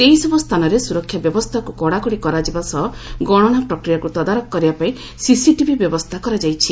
ସେହିସବୁ ସ୍ଥାନରେ ସୁରକ୍ଷା ବ୍ୟବସ୍ଥାକୁ କଡ଼ାକଡ଼ି କରାଯିବା ସହ ଗଣନା ପ୍ରକ୍ରିୟାକୁ ତଦାରଖ କରିବା ଲାଗି ସିସିଟିଭି ବ୍ୟବସ୍ଥା କରାଯାଇଛି